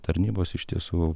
tarnybos iš tiesų